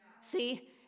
See